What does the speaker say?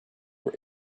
were